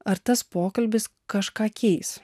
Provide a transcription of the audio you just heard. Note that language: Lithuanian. ar tas pokalbis kažką keis